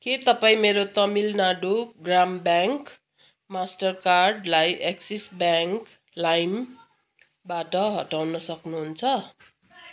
के तपाईँ मेरो तमिलनाडु ग्राम ब्याङ्क मास्टरकार्डलाई एक्सिस ब्याङ्क लाइमबाट हटाउन सक्नुहुन्छ